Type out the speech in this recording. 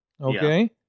Okay